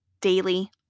daily